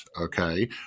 Okay